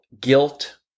guilt